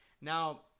Now